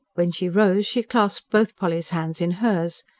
when she rose, she clasped both polly's hands in hers.